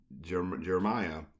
Jeremiah